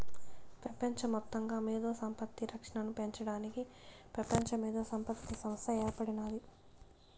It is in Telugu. పెపంచ మొత్తంగా మేధో సంపత్తి రక్షనను పెంచడానికి పెపంచ మేధోసంపత్తి సంస్త ఏర్పడినాది